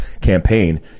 campaign